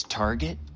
target